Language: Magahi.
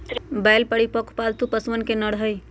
बैल परिपक्व, पालतू पशुअन के नर हई